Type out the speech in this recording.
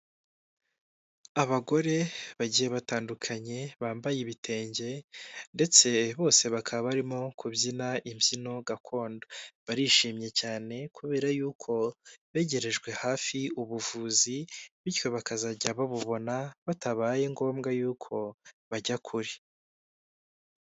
Abagore bagiye batandukanye bambaye ibitenge ndetse bose bakaba barimo kubyina imbyino gakondo, barishimye cyane kubera yuko begerejwe hafi ubuvuzi bityo bakazajya babubona batabaye ngombwa yuko bajya kure.